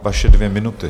Vaše dvě minuty.